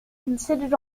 considered